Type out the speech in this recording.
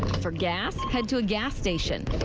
for gas, head to a gas station.